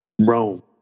Rome